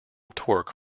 torque